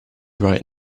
right